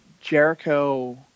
Jericho